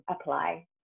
apply